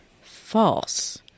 False